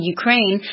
Ukraine